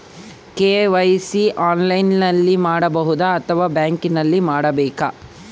KYC ಆನ್ಲೈನಲ್ಲಿ ಮಾಡಬಹುದಾ ಅಥವಾ ಬ್ಯಾಂಕಿನಲ್ಲಿ ಮಾಡ್ಬೇಕಾ?